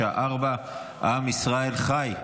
בשעה 16:00. עם ישראל חי.